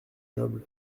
noble